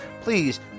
Please